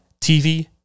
TV